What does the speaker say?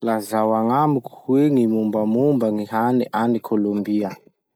Lazao agnamiko hoe gny mombamomba gny hany agny Kolombia?